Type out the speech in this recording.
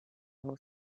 was